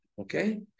Okay